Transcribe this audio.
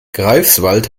greifswald